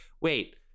wait